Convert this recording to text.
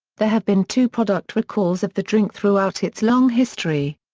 there have been two product recalls of the drink throughout its long history.